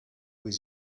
with